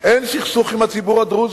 אין סכסוך עם הציבור הדרוזי.